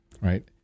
right